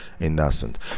innocent